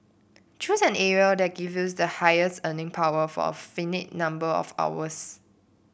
choose an area that gives the highest earning power for a finite number of hours